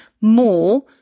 more